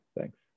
Thanks